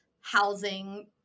housing